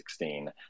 2016